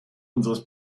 unseres